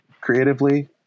creatively